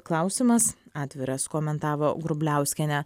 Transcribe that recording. klausimas atviras komentavo grubliauskienė